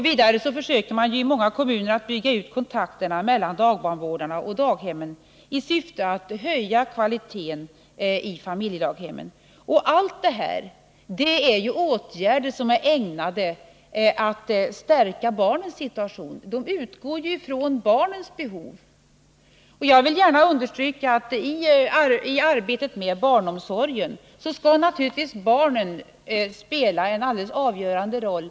Vidare försöker man i många kommuner att bygga ut kontakterna mellan dagbarnvårdarna och daghemmen i syfte att höja kvaliteten i familjedaghemmen: Allt detta är åtgärder som är ägnade att stärka barnens situation — de utgår ju från barnens behov. Jag vill gärna understryka att i arbetet med barnomsorgen skall naturligtvis barnen spela en helt avgörande roll.